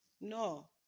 no